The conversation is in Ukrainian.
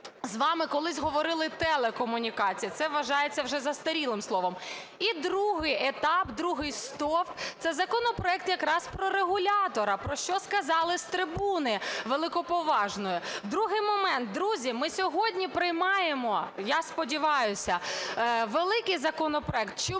з вами колись говорили, телекомунікації – це вважається вже застарілим словом. І другий етап, другий стовп – це законопроект якраз про регулятора, про що сказали з трибуни великоповажної. Другий момент, друзі, ми сьогодні приймаємо, я сподіваюся, великий законопроект.